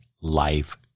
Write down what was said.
life